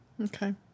Okay